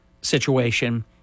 situation